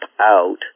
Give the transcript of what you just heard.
out